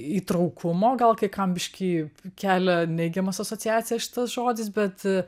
įtraukumo gal kai kam biškį kelia neigiamas asociacijas šitas žodis bet